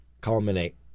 culminate